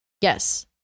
yes